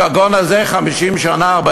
הגגון הזה הוא בן 40 50 שנה,